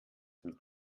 mit